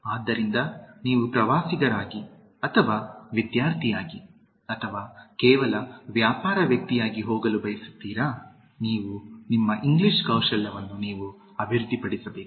ಆದ್ದರಿಂದ ನೀವು ಪ್ರವಾಸಿಗರಾಗಿ ಅಥವಾ ವಿದ್ಯಾರ್ಥಿಯಾಗಿ ಅಥವಾ ಕೇವಲ ವ್ಯಾಪಾರ ವ್ಯಕ್ತಿಯಾಗಿ ಹೋಗಲು ಬಯಸುತ್ತೀರಾ ನಿಮ್ಮ ಇಂಗ್ಲಿಷ್ ಕೌಶಲ್ಯಗಳನ್ನು ನೀವು ಅಭಿವೃದ್ಧಿಪಡಿಸಬೇಕು